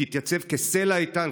תתייצב כסלע איתן,